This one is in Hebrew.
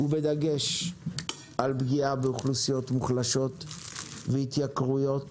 ובדגש על פגיעה באוכלוסיות מוחלשות והתייקרויות